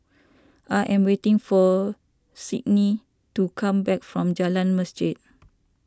I am waiting for Sydnee to come back from Jalan Masjid